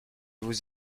vous